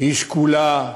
היא שקולה,